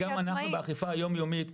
גם אנחנו באכיפה היומיומית,